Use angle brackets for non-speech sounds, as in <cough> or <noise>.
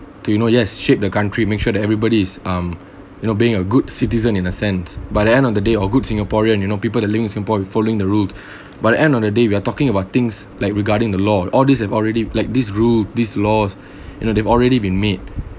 do you know yes shape the country make sure that everybody is um you know being a good citizen in a sense by the end of the day or good singaporean you know people that live in singapore with following the rule <breath> by the end of the day we are talking about things like regarding the law all these have already like this rule this laws <breath> you know they've already been made